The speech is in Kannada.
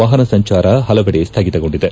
ವಾಹನ ಸಂಚಾರ ಹಲವೆಡೆ ಸ್ಟಗಿತಗೊಂಡಿದೆ